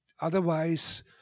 otherwise